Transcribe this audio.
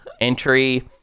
entry